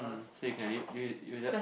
so you can li~ you you just